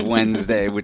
Wednesday